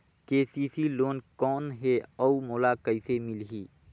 KCC loan कौन हे अउ मोला कइसे मिलही?